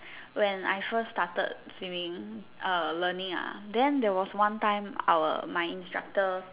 when I first started swimming err learning ah then there was one time my instructor